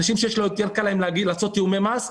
אנשים שיותר קל להם לעשות תיאומי מס,